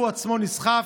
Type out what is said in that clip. בשעה שהוא בעצמו נסחף,